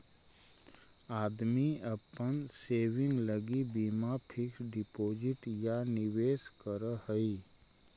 आदमी अपन सेविंग लगी बीमा फिक्स डिपाजिट या निवेश करऽ हई